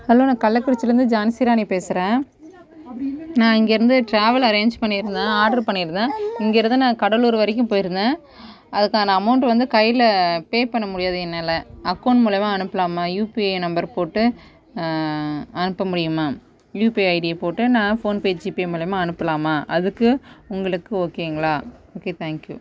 hello நான் கள்ளக்குறிச்சிலேந்து ஜான்சிராணி பேசுகிறேன் நான் இங்கேருந்து டிராவல் அரேஞ்ச் பண்ணியிருந்தேன் ஆர்டர் பண்ணியிருந்தேன் இங்கேருந்து நான் கடலூர் வரைக்கும் போய்ருந்தேன் அதுக்கான அமௌண்ட் வந்து கையில் பே பண்ண முடியாது என்னால் அக்கௌண்ட் மூலிமா அனுப்பலாமா யுபிஐ நம்பர் போட்டு அனுப்ப முடியுமா யுபிஐ ஐடியை போட்டு நான் ஃபோன்பே ஜிபே மூலமா அனுப்பலாமா அதுக்கு உங்களுக்கு ஓகேங்களா ஓகே தேங்க்யூ